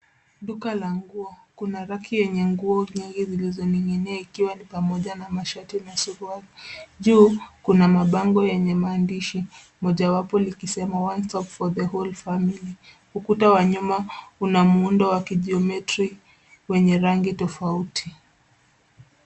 Duka la nguo. Kuna raki yenye nguo nyingi zilizoninginia ikiwa ni pamoja na mashati na suruali. Juu kuna mabango yenye maandishi moja wapo likisema one stop for the whole family . Ukuta wa nyuma una muundo wa kijiometri wenye rangi tofauti.